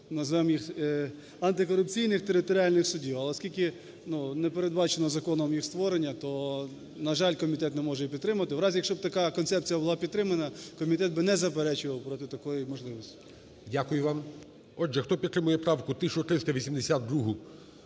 судів… антикорупційних територіальних судів. А оскільки не передбачено законом їх створення, то, на жаль, комітет не може її підтримати. У разі, якщо б така концепція була підтримана, комітет би не заперечував проти такої можливості. ГОЛОВУЮЧИЙ. Дякую вам. Отже, хто підтримує правку 1382,